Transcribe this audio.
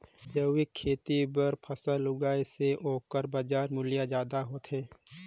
जैविक खेती बर फसल उगाए से ओकर बाजार मूल्य ज्यादा होथे